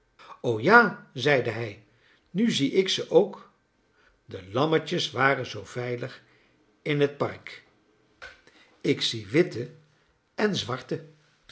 o ja zeide hij nu zie ik ze ook de lammetjes waren zoo veilig in t park ik zie witte en zwarte